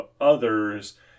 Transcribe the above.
others